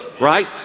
right